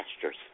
pastures